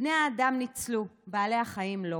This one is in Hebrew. בני האדם ניצלו, בעלי החיים לא.